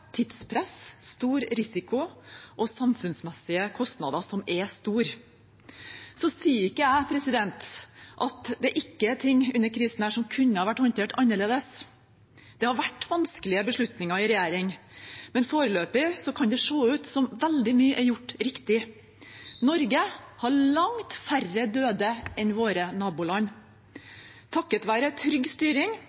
tidspress, stor risiko og store samfunnsmessige kostnader. Jeg sier ikke at det ikke er ting under denne krisen som kunne vært håndtert annerledes, det har vært vanskelige beslutninger i regjering, men foreløpig kan det se ut som om veldig mye er gjort riktig. Norge har langt færre døde enn sine naboland.